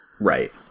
Right